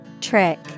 Trick